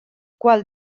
qual